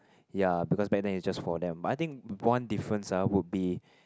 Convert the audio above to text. ya because back then is just for them but I think one difference ah would be